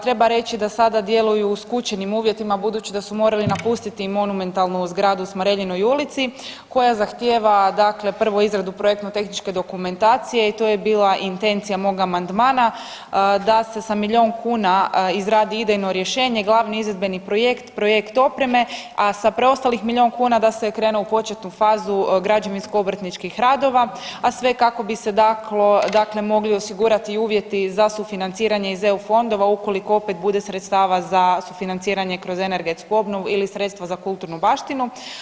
Treba reći da sada djeluju u skučenim uvjetima budući da su morali napustiti monumentalnu zgradu u Smareljinoj ulici koja zahtjeva dakle prvo izradu projektno tehničke dokumentacije i to je bila intencija mog amandmana da se sa milion kuna izradi idejno rješenje, glavni izvedbeni projekt, projekt opreme, a sa preostalih milion kuna da se krene u početnu fazu građevinsko obrtničkih radova, a sve kako bi se dakle mogli osigurati uvjeti za sufinanciranje iz EU fondova ukoliko opet bude sredstava za sufinanciranje kroz energetsku obnovu ili sredstva za kulturnu baštinu.